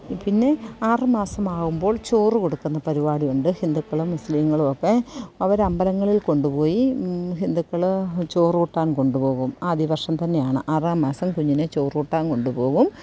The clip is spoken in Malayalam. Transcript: പിന്നെ ആറുമാസം ആകുമ്പോൾ ചോറു കൊടുക്കുന്ന പരിപാടി ഉണ്ട് ഹിന്ദുക്കളും മുസ്ലീങ്ങളും ഒക്കെ അവർ അമ്പലങ്ങളിൽ കൊണ്ടുപോയി ഹിന്ദുക്കള് ചോറൂട്ടാൻ കൊണ്ടുപോകും ആദ്യവർഷം തന്നെയാണ് ആറാം മാസം കുഞ്ഞിനെ ചോറൂട്ടാൻ കൊണ്ടുപോകും